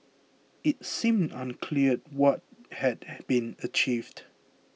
it seemed unclear what had been achieved